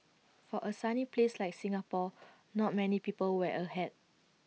for A sunny place like Singapore not many people wear A hat